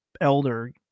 elder